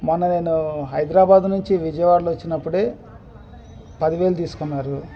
మొన్న నేను హైదరాబాద్ నుంచి విజయవాడ వచ్చినప్పుడే పది వేలు తీసుకున్నారు